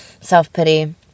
self-pity